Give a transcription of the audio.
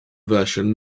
version